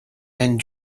and